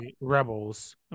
rebels